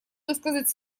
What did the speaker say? высказать